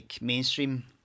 mainstream